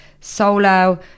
solo